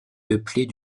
peuplée